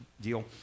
deal